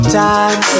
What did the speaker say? time